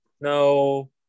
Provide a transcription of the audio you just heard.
No